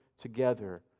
together